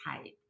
type